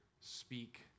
speak